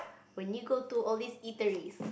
when you go to all this eateries